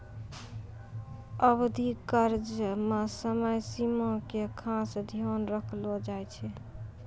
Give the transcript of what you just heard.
अवधि कर्ज मे समय सीमा के खास ध्यान रखलो जाय छै